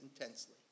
intensely